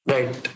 Right